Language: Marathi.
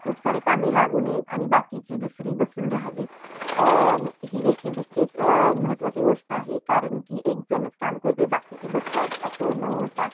खूप सारी कामे लागू नयेत आणि बाकीची दुसरी बसून राहावीत ही देखील तितकेच महत्त्वाची गोष्ट आहे कारण की एकजणच काम करतो आहे बाकीची बसत आहेत असं न होता